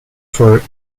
for